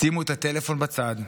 שימו את הטלפון בצד,